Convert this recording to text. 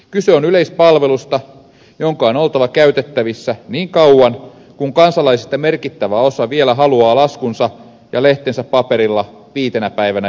kyse on yleispalvelusta jonka on oltava käytettävissä niin kauan kuin kansalaisista merkittävä osa vielä haluaa laskunsa ja lehtensä paperilla viitenä päivänä viikossa